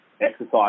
exercise